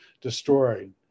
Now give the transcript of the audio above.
destroyed